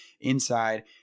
inside